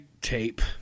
tape